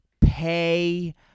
pay